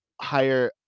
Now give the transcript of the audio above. higher